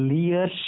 Lear